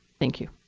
thank you.